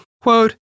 quote